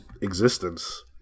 existence